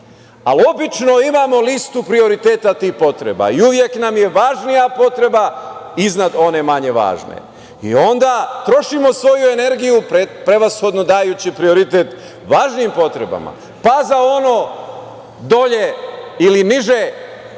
ali obično imamo listu prioriteta tih potreba i uvek nam je važnija potreba iznad one manje važne. Onda trošimo svoju energiju prevashodno dajući prioritet važnijim potrebama, pa za ono dole ili niže